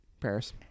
Paris